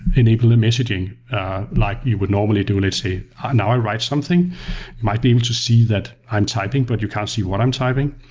enable a messaging like you would normally do, let's say. now, i write something, you might be able to see that i'm typing, but you can't see what i'm typing,